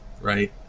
right